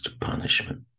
punishment